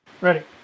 Ready